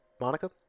monica